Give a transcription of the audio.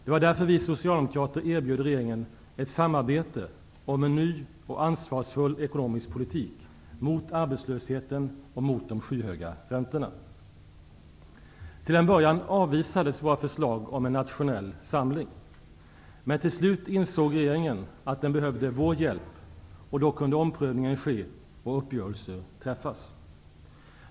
Det var därför vi socialdemokrater erbjöd regeringen ett samarbete om en ny och ansvarsfull ekonomisk politik mot arbetslösheten och mot de skyhöga räntorna. Till en början avvisades våra förslag om en nationell samling. Men till slut insåg regeringen att den behövde vår hjälp, och då kunde omprövningen ske och uppgörelser träffas.